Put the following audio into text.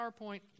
PowerPoint